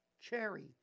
cherry